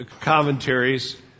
commentaries